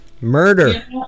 murder